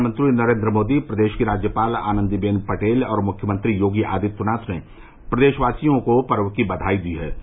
प्रधानमंत्री नरेंद्र मोदी प्रदेश की राज्यपाल आनंदीबेन पटेल और मुख्यमंत्री योगी आदित्यनाथ ने प्रदेशवासियों को पर्व की बधाई दी है